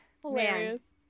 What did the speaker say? hilarious